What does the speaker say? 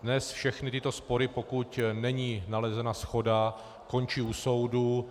Dnes všechny tyto spory, pokud není nalezena shoda, končí u soudu.